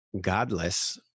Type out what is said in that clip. godless